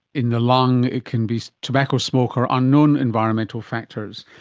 in the lung it can be tobacco smoke or unknown environmental factors.